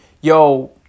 yo